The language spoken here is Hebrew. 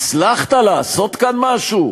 הצלחת לעשות כאן משהו?